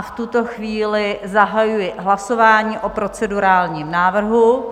V tuto chvíli zahajuji hlasování o procedurálním návrhu.